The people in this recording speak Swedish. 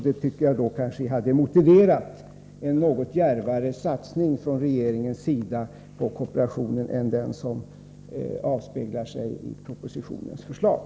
Det tycker jag hade motiverat en något djärvare satsning från regeringens sida på kooperationen än den satsning som avspeglar sig i propositionens förslag.